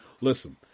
listen